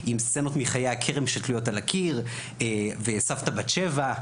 עם סצנות מחי הכרם שתלוית על הקיר וסבתא בת שבע,